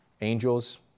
angels